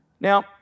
Now